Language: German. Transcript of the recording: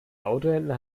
autohändler